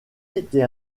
été